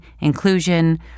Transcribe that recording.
inclusion